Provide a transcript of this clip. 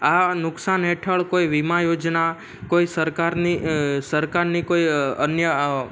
આ નુકસાન હેઠળ કોઈ વીમા યોજના કોઈ સરકારની સરકારની કોઈ અન્ય